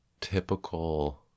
typical